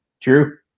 True